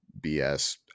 BS